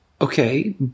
okay